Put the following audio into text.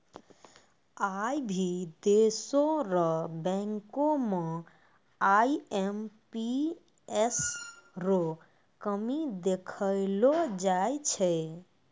आई भी देशो र बैंको म आई.एम.पी.एस रो कमी देखलो जाय छै